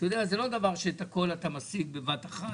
נגיע למספרים האלה,